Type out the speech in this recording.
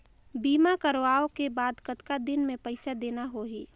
बीमा करवाओ के बाद कतना दिन मे पइसा देना हो ही?